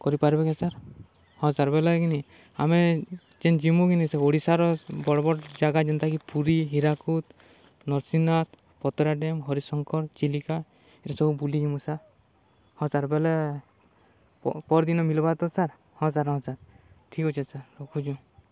କରିପାରିବେକା sir ହଁ sir ବଲେ କିିନି ଆମେ ଯେନ୍ ଯିମୁଁ କିିନି ସେ ଓଡ଼ିଶାର ବଡ଼୍ ବଡ଼୍ ଜାଗା ଯେନ୍ତାକି ପୁରୀ ହୀରାକୁଦ ନର୍ସିଂନାଥ ପତରା ଡ଼୍ୟାମ୍ ହରିଶଙ୍କର ଚିଲିକା ଏଟା ସବୁ ବୁଲି ଯିମୁଁ ସାର୍ ହଁ ସାର୍ ବଲେ ପରଦିନ ମିଲବା ତ ସାର୍ ହଁ ସାର୍ ହଁ ସାର୍ ଠିକ୍ ଅଛେ ସାର୍ ରଖୁଛୁ